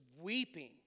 weeping